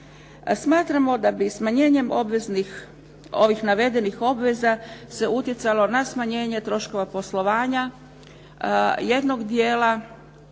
smatramo da bi smanjenjem obveznih, ovih navedenih obveza, se utjecalo na smanjenje troškova poslovanja, jednog dijela